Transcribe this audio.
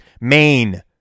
Maine